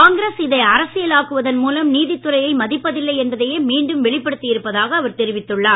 காங்கிரஸ் இதை அரசியலாக்குவதன் மூலம் நீதித்துறையை மதிப்பதில்லை என்பதையே மீண்டும் வெளிப்படுத்தி இருப்பதாக அவர் தெரிவித்துள்ளார்